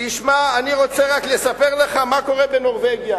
תשמע, אני רוצה רק לספר לך מה קורה בנורבגיה.